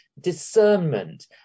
discernment